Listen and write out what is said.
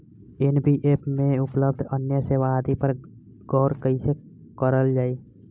NBFC में उपलब्ध अन्य सेवा आदि पर गौर कइसे करल जाइ?